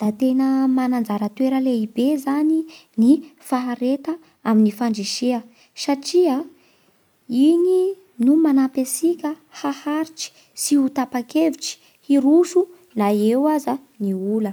D atena mana anjara toerana lehibe zany ny fahereta amn'ny fandresea satria igny no manampy antsika haritsy sy ho tapa-kevitsy hiroso na eo aza ny ola.